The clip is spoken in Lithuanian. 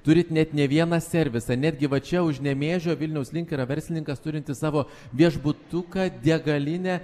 turit net ne vieną servisą netgi va čia už nemėžio vilniaus link yra verslininkas turintis savo viešbutuką degalinę